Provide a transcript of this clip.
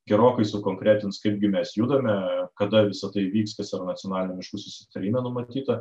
gerokai sukonkretins kaipgi mes judame kada visa tai vyks kas yra nacionaliniame miškų susitarime numatyta